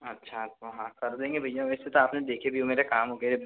अच्छा तो हाँ कर देंगे भैया वैसे तो आपने देखे भी हो मेरे काम वगैरह